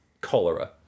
cholera